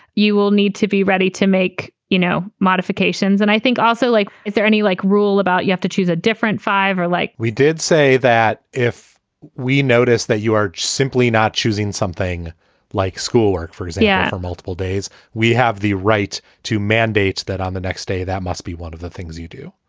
you will need to be ready to make no modifications and i think also, like, is there any like rule about you have to choose a different five or like we did say that if we notice that you are simply not choosing something like school work for us. yeah, or multiple days, we have the rights to mandates that on the next day that must be one of the things you do.